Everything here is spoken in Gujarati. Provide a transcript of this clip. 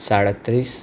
સાડત્રીસ